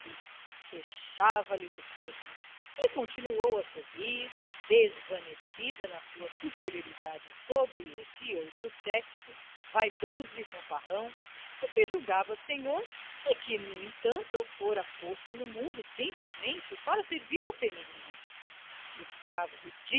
esgotado fechava lhes o corpo e continuou a sorrir desvanecida na sua superioridade sobre esse outro sexo vaidoso e fanfarrão que se julgava senhor e que no entanto fora posto no mundo simplesmente para servir ao feminino escravo